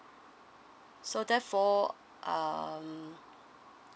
so therefore err